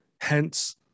hence